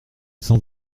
sans